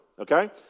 okay